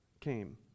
came